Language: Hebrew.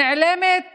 נעלמת